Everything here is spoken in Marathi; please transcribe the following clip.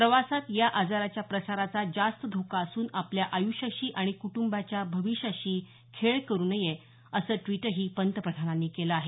प्रवासात या आजाराच्या प्रसाराचा जास्त धोका असून आपल्या आयुष्याशी आणि कुटुंबाच्या भविष्याशी खेळ करु नये असं ट्वीट पंतप्रधानांनी केलं आहे